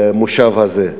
במושב הזה.